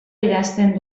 idazten